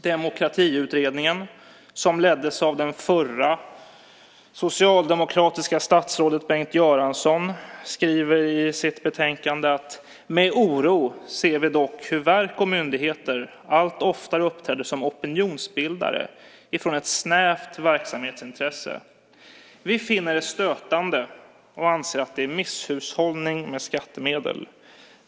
Demokratiutredningen, som leddes av det före detta socialdemokratiska statsrådet Bengt Göransson, skriver i sitt betänkande: "Med oro ser vi dock hur verk och myndigheter allt oftare uppträder som opinionsbildare utifrån ett snävt verksamhetsintresse. Vi finner det stötande och anser att det är en misshushållning med skattemedel.